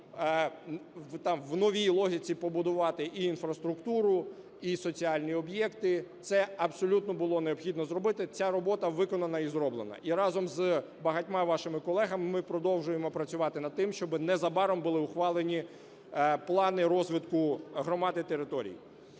в новій логіці побудувати і інфраструктуру, і соціальні об'єкти, це абсолютно було необхідно зробити. Ця робота виконана і зроблена. І разом з багатьма вашими колегами ми продовжуємо працювати над тим, щоби незабаром були ухвалені плани розвитку громад і територій.